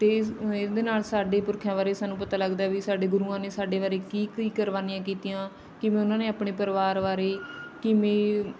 ਅਤੇ ਇਹਦੇ ਨਾਲ ਸਾਡੇ ਪੁਰਖਿਆਂ ਬਾਰੇ ਸਾਨੂੰ ਪਤਾ ਲੱਗਦਾ ਵੀ ਸਾਡੇ ਗੁਰੂਆਂ ਨੇ ਸਾਡੇ ਬਾਰੇ ਕੀ ਕੀ ਕੁਰਬਾਨੀਆਂ ਕੀਤੀਆਂ ਕਿਵੇਂ ਉਹਨਾਂ ਨੇ ਆਪਣੇ ਪਰਿਵਾਰ ਵਾਰੇ ਕਿਵੇਂ